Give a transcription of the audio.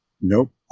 Nope